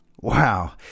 Wow